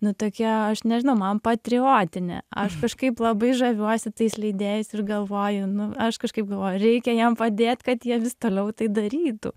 nu tokia aš nežinau man patriotinė aš kažkaip labai žaviuosi tais leidėjais ir galvoju nu aš kažkaip galvoju reikia jiem padėt kad jie vis toliau tai darytų